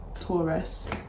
Taurus